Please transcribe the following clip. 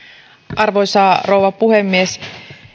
arvoisa rouva puhemies